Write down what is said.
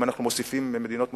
ואם אנחנו מוסיפים מדינות מוסלמיות,